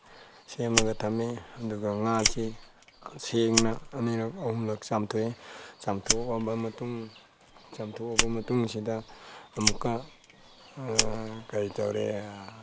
ꯁꯦꯝꯃꯒ ꯊꯝꯃꯦ ꯑꯗꯨꯒ ꯉꯥꯁꯤ ꯁꯦꯡꯅ ꯑꯅꯤꯔꯛ ꯑꯍꯨꯝꯂꯛ ꯆꯥꯝꯊꯣꯛꯑꯦ ꯆꯥꯝꯊꯣꯛꯑꯕ ꯃꯇꯨꯡ ꯆꯥꯝꯊꯣꯛꯑꯕ ꯃꯇꯨꯡꯁꯤꯗ ꯑꯃꯨꯛꯀ ꯀꯔꯤ ꯇꯧꯔꯦ